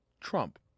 Trump